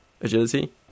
agility